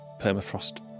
permafrost